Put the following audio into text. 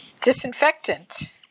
disinfectant